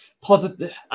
positive